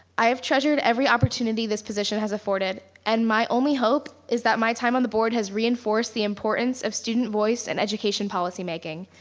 i have treasured every opportunity this position has afforded and my only hope is that my time on the board has reinforce the importance of student voice in and education policymaking.